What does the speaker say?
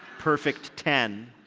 perfect ten,